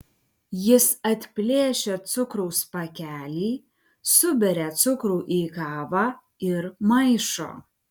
jis atplėšia cukraus pakelį suberia cukrų į kavą ir maišo